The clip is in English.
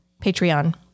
Patreon